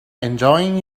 enjoying